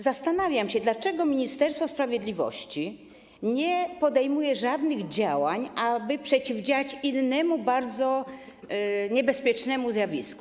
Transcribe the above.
Zastanawiam się, dlaczego Ministerstwo Sprawiedliwości nie podejmuje żadnych działań, aby przeciwdziałać innemu bardzo niebezpiecznemu zjawisku.